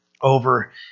over